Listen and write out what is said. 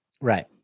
Right